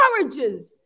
encourages